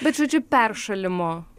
bet žodžiu peršalimo